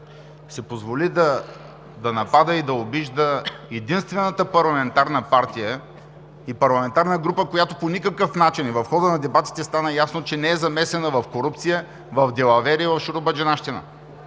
си позволи да напада и да обижда единствената парламентарна партия и парламентарна група, която по никакъв начин – и в хода на дебатите стана ясно, че не е замесена в корупция, в далавери, в шуробаджанащина,